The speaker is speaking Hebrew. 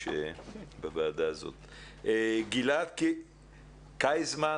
גילעד קיזמן,